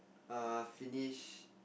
err finish